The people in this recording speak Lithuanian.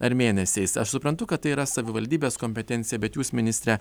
ar mėnesiais aš suprantu kad tai yra savivaldybės kompetencija bet jūs ministre